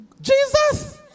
Jesus